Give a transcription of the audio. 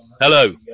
hello